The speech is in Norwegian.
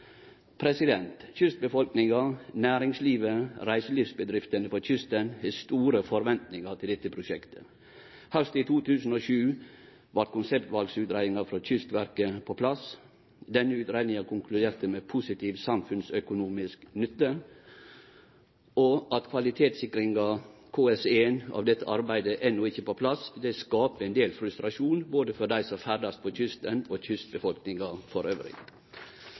Kystbefolkninga, næringslivet og reiselivsbedriftene på kysten har store forventningar til dette prosjektet. Hausten 2007 var konseptvalsutgreiinga frå Kystverket på plass. Denne utgreiinga konkluderte med positiv samfunnsøkonomisk nytte. At kvalitetssikringa, KS1, av dette arbeidet enno ikkje er på plass, skapar ein del frustrasjon både for dei som ferdast på kysten, og for kystbefolkninga